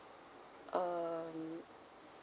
um